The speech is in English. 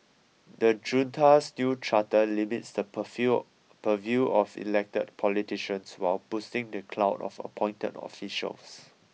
the junta's new charter limits the purview of elected politicians while boosting the clout of appointed officials